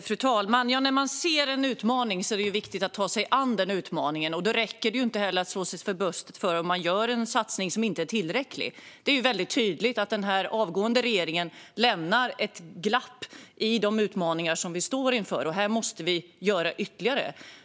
Fru talman! När man ser en utmaning är det viktigt att ta sig an den utmaningen. Då räcker det inte att slå sig för bröstet om man gör en satsning som inte är tillräcklig. Det är väldigt tydligt att den avgående regeringen lämnar ett glapp i de utmaningar vi står inför. Här måste vi göra ytterligare.